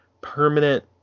permanent